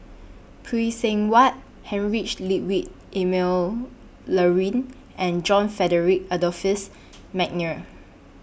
Phay Seng Whatt Heinrich Ludwig Emil Luering and John Frederick Adolphus Mcnair